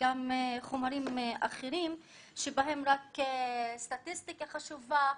וגם חומרים אחרים שבהם רק סטטיסטיקה חשובה.